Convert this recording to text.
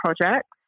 projects